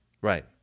Right